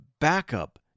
backup